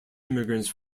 immigrants